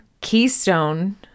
keystone